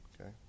Okay